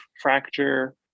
fracture